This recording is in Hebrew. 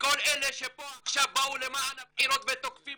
שכל אלה שפה עכשיו באו למען הבחירות ותוקפים